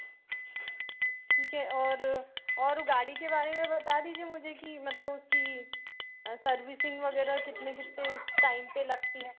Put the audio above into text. ठीक है और और वह गाड़ी के बारे में बता दीजिए मुझे कि मतलब उसकी सर्विसिंग वगेरह कितने कितने टाइम पर लगती है